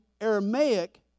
Aramaic